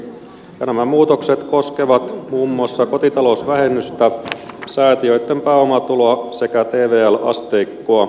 nämä muutokset koskevat muun muassa kotitalousvähennystä säätiöitten pääomatuloa sekä tvl asteikkoa